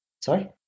Sorry